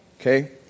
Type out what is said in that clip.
okay